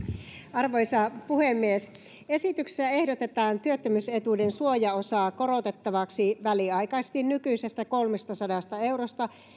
arvoisa puhemies esityksessä ehdotetaan työttömyysetuuden suojaosaa korotettavaksi väliaikaisesti nykyisestä kolmestasadasta eurosta